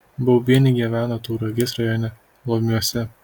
baubienė gyveno tauragės rajone lomiuose